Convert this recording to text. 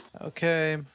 Okay